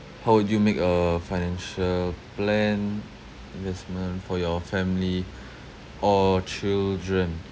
how would you make a financial plan investment for your family or children